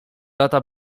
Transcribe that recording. lata